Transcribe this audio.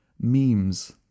memes